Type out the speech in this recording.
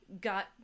got